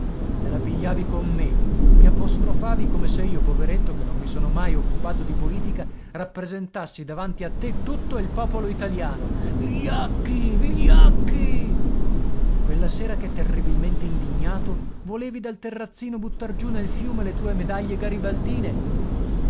te la pigliavi con me mi apostrofavi come se io poveretto che non mi sono mai occupato di politica rappresentassi davanti a te tutto il popolo italiano vigliacchi vigliacchi e quella sera che terribilmente indignato volevi dal terrazzino buttar giù nel fiume le tue medaglie garibaldine